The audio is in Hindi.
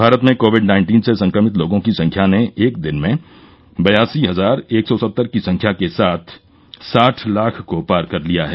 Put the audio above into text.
भारत में कोविड नाइन्टीन से संक्रमित लोगों की संख्या ने एक दिन में बयासी हजार एक सौ सत्तर की संख्या के साथ साठ लाख को पार कर लिया है